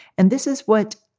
and this is what,